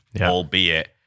albeit